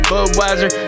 Budweiser